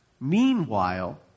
Meanwhile